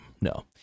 No